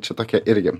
čia tokia irgi